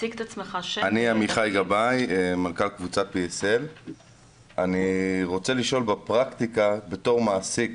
אני עמיחי גבאי מנכ"ל קבוצת DSL.אני רוצה לשאול בפרקטיקה בתור מעסיק.